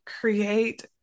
create